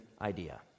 idea